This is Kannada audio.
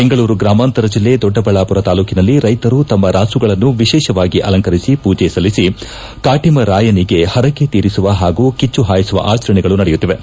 ಬೆಂಗಳೂರು ಗ್ರಾಮಾಂತರ ಜಿಲ್ಲೆ ದೊಡ್ಡಬಳ್ಳಾಪುರ ತಾಲೂಕಿನಲ್ಲಿ ರೈತರು ತಮ್ಮ ರಾಸುಗಳನ್ನು ವಿಶೇಷವಾಗಿ ಅಲಂಕರಿಸಿ ಪೂಜೆ ಸಲ್ಲಿಸಿ ಕಾಟಿಮರಾಯನಿಗೆ ಹರಕೆ ತೀರಿಸುವ ಹಾಗೂ ಕಿಚ್ಚು ಹಾಯಿಸುವ ಆಚರಣೆಗಳು ನಡೆಯುತ್ತಿವೆ